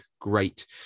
great